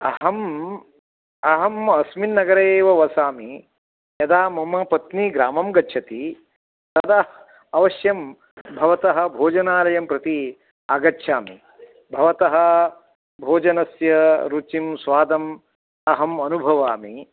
अहम् अहम् अस्मिन् नगरे एव वसामि यदा मम पत्नी ग्रामं गच्छति तदा अवश्यं भवतः भोजनालयं प्रति आगच्छामि भवतः भोजनस्य रुचिं स्वादम् अहम् अनुभवामि